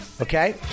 Okay